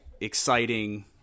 exciting